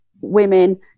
women